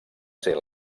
ser